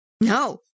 No